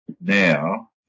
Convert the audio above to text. Now